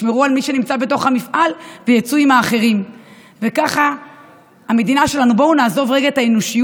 בת 23. עמנואל מייצג במאבקו את כל המשפחות